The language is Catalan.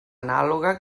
anàloga